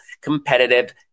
competitive